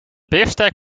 biefstuk